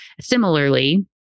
Similarly